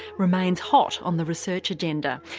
remains hot on the research agenda,